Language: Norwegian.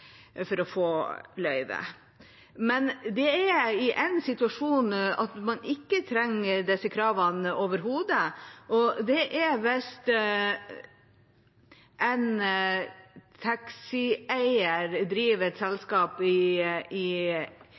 for å få løyve, men det er én situasjon nå hvor man ikke trenger disse kravene overhodet, og det er hvis en taxieier driver et selskap i EU. Da kan de komme direkte inn i